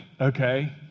okay